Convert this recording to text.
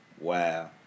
Wow